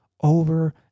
over